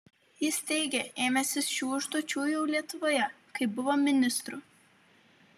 jis teigė ėmęsis šių užduočių jau lietuvoje kai buvo ministru